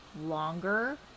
longer